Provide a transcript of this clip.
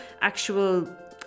actual